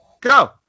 go